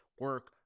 Work